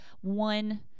one